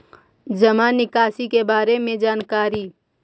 जामा निकासी के बारे में जानकारी?